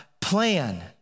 plan